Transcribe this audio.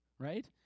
right